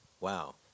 Wow